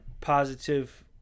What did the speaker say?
positive